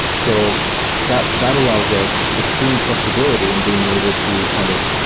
so that that allows us extreme flexibility and being able to kind of